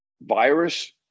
virus